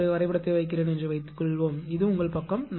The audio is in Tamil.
நான் ஒரு வரைபடத்தை வைக்கிறேன் என்று வைத்துக்கொள்வோம் இது உங்கள் பக்கம்